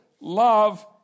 love